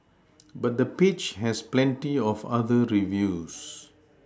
but the page has plenty of other reviews